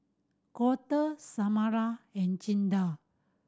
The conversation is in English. Colter Samara and Jinda